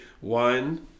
One